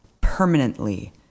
permanently